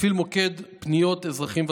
מפעיל מוקד פניות לאזרחים ותיקים.